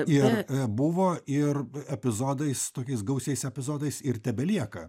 ir buvo ir epizodais tokiais gausiais epizodais ir tebelieka